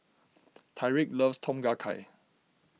Tyrik loves Tom Kha Gai